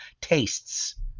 tastes